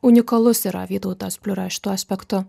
unikalus yra vytautas pliuras šituo aspektu